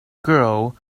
girl